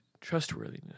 trustworthiness